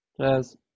Cheers